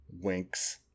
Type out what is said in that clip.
winks